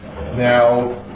Now